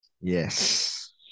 Yes